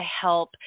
help